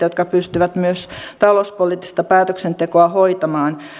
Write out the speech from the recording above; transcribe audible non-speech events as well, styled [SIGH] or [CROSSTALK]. [UNINTELLIGIBLE] jotka pystyvät myös talouspoliittista päätöksentekoa hoitamaan